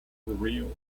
reel